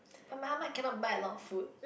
but my ah-ma cannot bite a lot of food